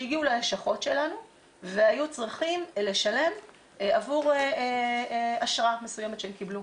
שהגיעו ללשכות שלנו והיו צריכים לשלם עבור אשרה מסוימת שהם קיבלו.